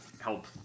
help